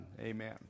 Amen